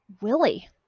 Willie